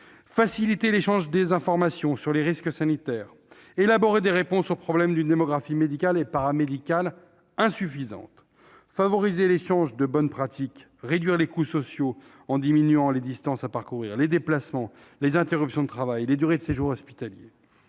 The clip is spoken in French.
faciliter l'échange d'informations sur les risques sanitaires ; élaborer des réponses aux problèmes d'une démographie médicale et paramédicale insatisfaisante ; favoriser l'échange de bonnes pratiques ; réduire les coûts sociaux en diminuant les distances à parcourir, les déplacements, les interruptions de travail, les durées de séjour hospitalier